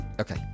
Okay